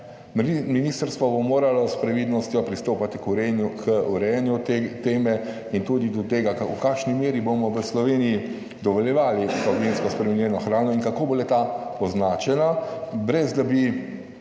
Ministrstvo bo moralo s previdnostjo pristopati k urejanju, k urejanju te teme in tudi do tega, v kakšni meri bomo v Sloveniji dovoljevali to gensko spremenjeno hrano in kako bo le ta označena, brez, da bi